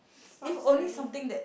it's not just earning